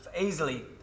easily